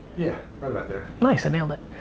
yeah, right about there. nice, i nailed it.